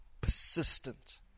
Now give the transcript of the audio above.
persistent